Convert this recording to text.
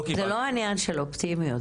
זה לא עניין של אופטימיות,